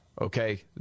Okay